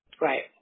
Right